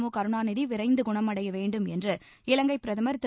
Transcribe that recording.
முகருணாநிதி விரைந்து குணமடைய வேண்டும் என்று இலங்கைப் பிரதமர் திரு